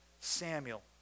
Samuel